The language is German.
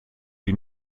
die